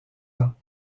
ans